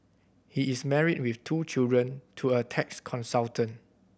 he is married with two children to a tax consultant